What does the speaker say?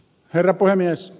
herra puhemies